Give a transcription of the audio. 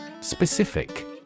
Specific